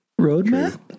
Roadmap